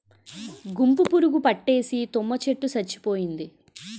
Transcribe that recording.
గుంపు పురుగు పట్టేసి తుమ్మ చెట్టు సచ్చిపోయింది